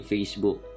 Facebook